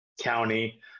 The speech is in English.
county